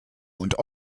und